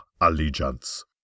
allegiance